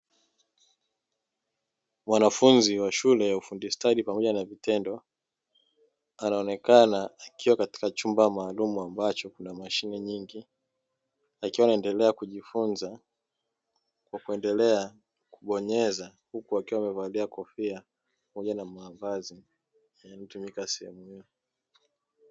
Mwanafunzi wa shule ya ufundi stadi pamoja na vitendo, anaonekana akiwa katika chumba maalumu ambacho kina mashine nyingi akiwa anaendelea kujifunza, kwa kuendelea kubonyeza huku akiwa amevalia kofia pamoja na mavazi yanayotumika sehemu hiyo.